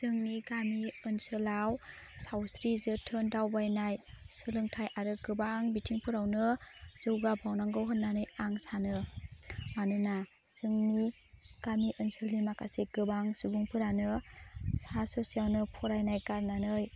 जोंनि गामि ओनसोलाव सावस्रि जोथोन दावबायनाय सोलोंथाइ आरो गोबां बिथिंफोरावनो जौगाबावनांगौ होन्नानै आं सानो मानोना जोंनि गामि ओनसोलनि माखासे गोबां सुबुंफोरानो सा ससेयावनो फरायनाय गारनानै